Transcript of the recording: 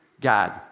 God